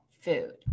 food